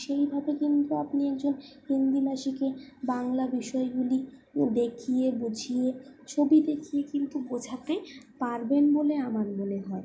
সেই ভাবে কিন্তু আপনি একজন হিন্দিভাষীকে বাংলা বিষয়গুলি দেখিয়ে বুঝিয়ে ছবি দেখিয়ে কিন্তু বোঝাতে পারবেন বলে আমার মনে হয়